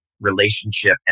relationship